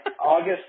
August